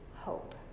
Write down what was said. hope